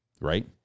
right